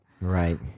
right